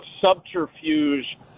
subterfuge